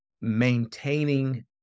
maintaining